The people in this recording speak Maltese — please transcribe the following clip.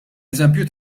eżempju